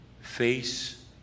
face